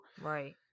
Right